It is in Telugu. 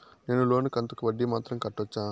నేను లోను కంతుకు వడ్డీ మాత్రం కట్టొచ్చా?